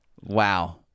Wow